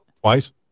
Twice